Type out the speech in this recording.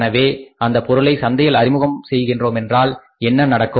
எனவே அந்தப் பொருளை சந்தையில் அறிமுகம் செய்கின்றோம் என்றால் என்ன நடக்கும்